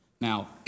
Now